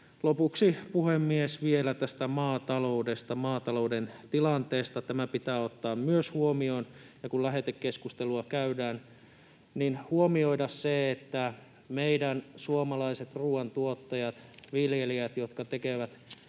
Lopuksi, puhemies, vielä maataloudesta, maatalouden tilanteesta. Myös se pitää ottaa huomioon. Ja kun lähetekeskustelua käydään, niin pitää huomioida se, että meidän suomalaiset ruoantuottajat, viljelijät, jotka tekevät